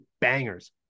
bangers